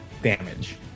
damage